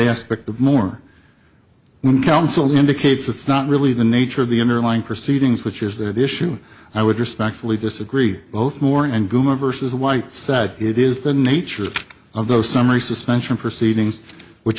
aspect of more than counsel indicates it's not really the nature of the underlying proceedings which is that issue i would respectfully disagree both more and guma versus whites that it is the nature of those summary suspension proceedings which